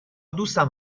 دوستم